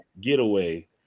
getaway